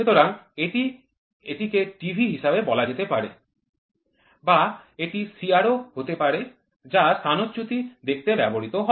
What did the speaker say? সুতরাং এটিকে টিভি হিসাবে বলা যেতে পারে বা এটি CRO হতে পারে যা স্থানচ্যুতি দেখতে ব্যবহৃত হয়